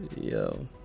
Yo